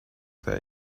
that